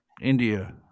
India